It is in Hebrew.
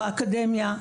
באקדמיה.